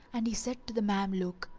and he said to the mameluke,